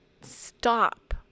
stop